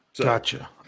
Gotcha